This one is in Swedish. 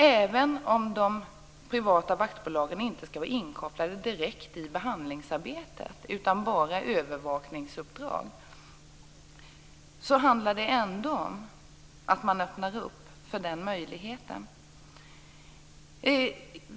Även om de privata vaktbolagen inte skall vara inkopplade direkt i behandlingsarbetet utan bara ha övervakningsuppdrag handlar det om att man ändå öppnar för den möjligheten.